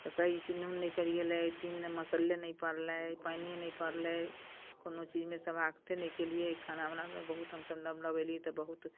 तऽ कहै जे छै नून नहि परि गेलै तीमन मे मसल्ले नहि परलै पानिए नहि परलै कोनो चीज मे समाप्ते नहि केलिए खाना उना मे बहुत हमसब नब नब एलियै तऽ बहुत